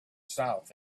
south